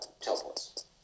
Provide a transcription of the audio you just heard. teleports